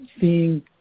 seeing